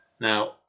Now